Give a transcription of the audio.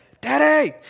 Daddy